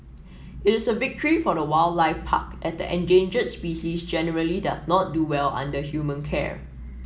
it is a victory for the wildlife park as the endangered species generally does not do well under human care